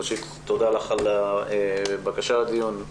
ראשית, תודה לך על הבקשה לדיון.